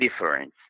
difference